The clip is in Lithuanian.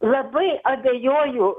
labai abejoju